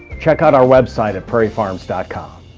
check out our website at prairiefarms dot com